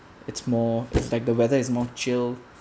it's more like the weather is more chill